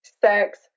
sex